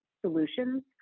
solutions